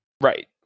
Right